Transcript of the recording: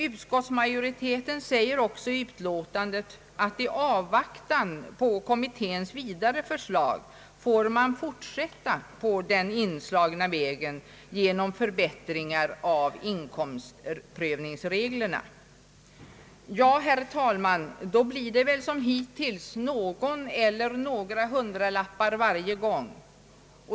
Utskottsmajoriteten säger i utlåtandet att man i avvaktan på kommitténs förslag får fortsätta på den inslagna vägen att söka förbättra inkomstprövningsreglerna. Ja, herr talman, då blir det väl liksom hittills någon eller några hundralappar varje gång.